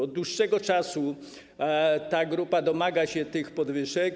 Od dłuższego czasu ta grupa domaga się podwyżek.